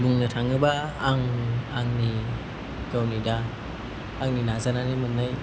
बुंनो थाङोबा आं आंनि गावनि दा आंनि नाजानानै मोन्नाय